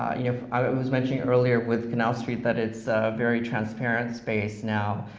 you know i was mentioning earlier with canal street that it's a very transparent space now.